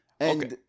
Okay